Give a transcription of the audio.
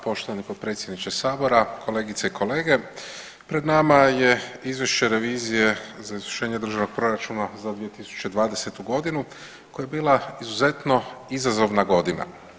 Poštovani potpredsjedniče Sabora, kolegice i kolege pred nama je Izvješće revizije za izvršenje državnog proračuna za 2020. godinu koja je bila izuzetno izazovna godina.